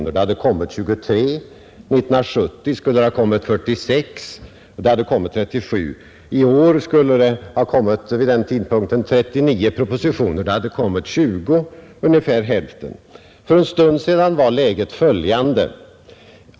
I verkligheten hade det avlämnats 23. År 1970 skulle det ha avlämnats 46; det kom 37. I år skulle det vid samma tidpunkt ha avlämnats 39 propositioner; det kom 20, alltså ungefär hälften. För en stund sedan var läget följande.